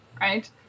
right